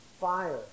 fire